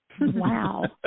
Wow